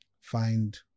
find